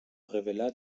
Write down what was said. révéla